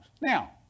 Now